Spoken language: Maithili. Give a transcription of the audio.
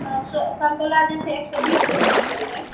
सन्तोला जे छै एक सए बीस टका किलो यऽ